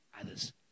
others